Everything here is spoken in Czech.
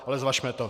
Ale zvažme to.